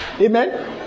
Amen